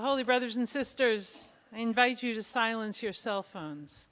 holy brothers and sisters invite you to silence your cell phones